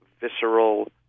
visceral